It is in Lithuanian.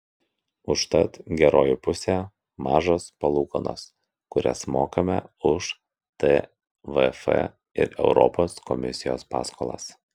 užtat geroji pusė mažos palūkanos kurias mokame už tvf ir europos komisijos paskolas